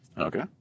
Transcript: Okay